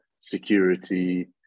security